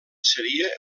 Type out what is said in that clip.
seria